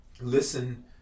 Listen